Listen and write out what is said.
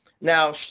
Now